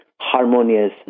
harmonious